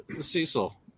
cecil